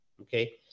Okay